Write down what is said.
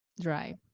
dry